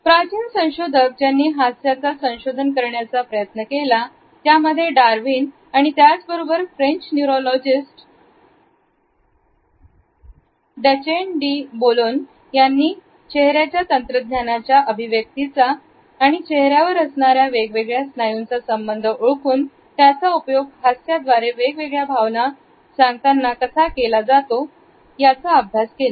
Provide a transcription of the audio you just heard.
प्राचीन संशोधक ज्यांनी हास्याचा संशोधन करण्याचा प्रयत्न केला ज्यामध्ये डार्विन आणि त्याच बरोबर French neurologist Duchenne de Boulogne यांनी चेहऱ्याचा तंत्रज्ञानाचा अभिव्यक्तीचा णि चेहर्यावर असणाऱ्या वेगवेगळ्या स्नायूंचा संबंध ओळखून त्याचा उपयोग हास्य द्वारे वेगवेगळ्या भावना सांगताना कसा केला जातो याचा अभ्यास केला